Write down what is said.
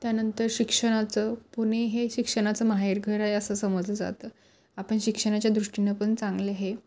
त्यानंतर शिक्षणाचं पुणे हे शिक्षणाचं माहेरघर आहे असं समजलं जातं आपण शिक्षणाच्या दृष्टीने पण चांगले हे